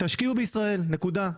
תשקיעו בישראל, נקודה.